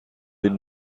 این